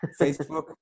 Facebook